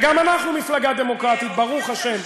וגם אנחנו מפלגה דמוקרטית, ברוך השם.